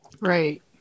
Right